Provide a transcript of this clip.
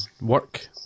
work